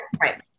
Right